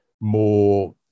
more